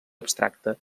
abstracte